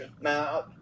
now